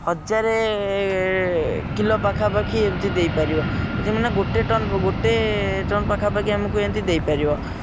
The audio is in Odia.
ହଜାରେ କିଲୋ ପାଖାପାଖି ଏମିତି ଦେଇପାରିବ ଯେ ମାନେ ଗୋଟେ ଟ ଗୋଟେ ଟନ୍ ପାଖାପାଖି ଆମକୁ ଏମିତି ଦେଇପାରିବ